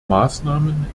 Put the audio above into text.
maßnahmen